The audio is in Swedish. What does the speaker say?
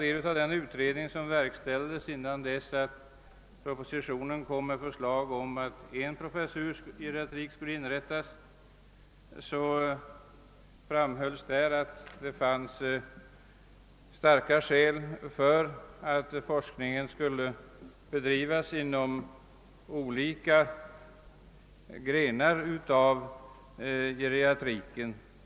I den utredning, som verkställdes innan propositionen framlades med förslag om att en professur i geriatrik skulle inrättas, framhölls, att det fanns starka skäl för att forskningen skulle bedrivas inom olika grenar av geriatriken.